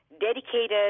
dedicated